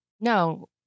No